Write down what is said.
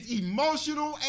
emotional